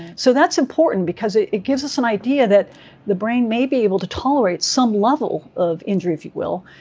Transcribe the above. so that's important because it gives us an idea that the brain may be able to tolerate some level of injury, if you will.